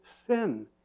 sin